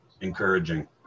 encouraging